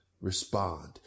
Respond